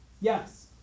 Yes